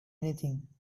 anything